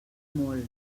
molt